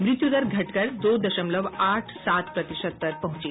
मृत्यु दर घटकर दो दशमलव आठ सात प्रतिशत पर पहुंची